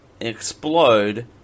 explode